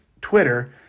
Twitter